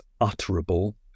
utterable